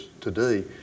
today